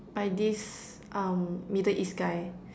by this um middle-east guy